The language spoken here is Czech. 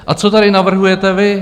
A co tady navrhujete vy?